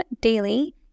daily